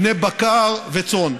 בני בקר וצאן,